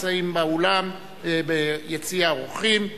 הנמצאים באולם ביציע האורחים.